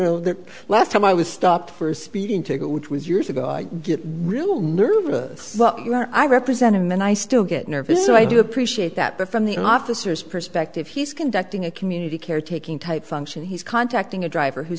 know the last time i was stopped for speeding ticket which was years ago i get real nervous i represent him and i still get nervous so i do appreciate that but from the officers perspective he's conducting a community caretaking type function he's contacting a driver who